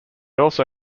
also